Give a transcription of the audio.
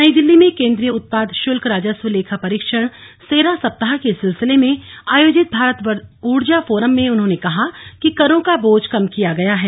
नई दिल्ली में केन्द्रीय उत्पाद शुल्क राजस्व लेखा परीक्षण सेरा सप्ताह के सिलसिले में आयोजित भारत ऊर्जा फोरम में उन्होंने कहा कि करों का बोझ कम किया गया है